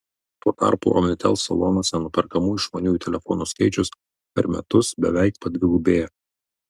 tuo tarpu omnitel salonuose nuperkamų išmaniųjų telefonų skaičius per metus beveik padvigubėjo